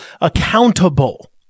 accountable